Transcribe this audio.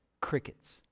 crickets